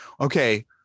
okay